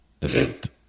event